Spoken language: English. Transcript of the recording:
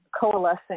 coalescing